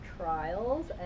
trials